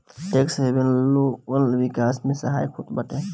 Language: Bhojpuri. टेक्स हेवन लोगन के विकास में सहायक होत बाटे